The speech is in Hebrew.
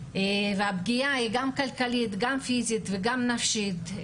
הפגיעה היא גם כלכלית, גם פיזית וגם נפשית.